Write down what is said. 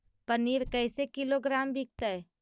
पनिर कैसे किलोग्राम विकतै?